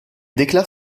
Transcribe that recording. déclare